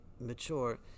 mature